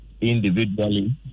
individually